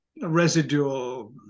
residual